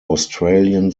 australian